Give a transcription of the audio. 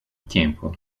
tiempo